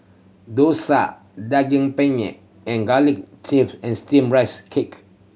dosa Daging Penyet and garlic chive and Steamed Rice Cake